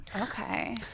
Okay